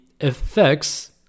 effects